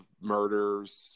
murders